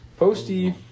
Posty